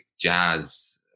jazz